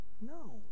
no